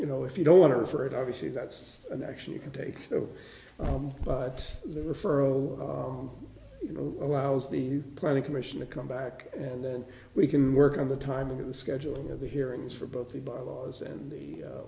you know if you don't want to for it obviously that's an action you can take but the referral you know allows the planning commission to come back and then we can work on the timing of the scheduling of the hearings for both the bylaws and the